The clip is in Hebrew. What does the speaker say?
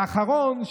והאחרון,